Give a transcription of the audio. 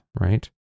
right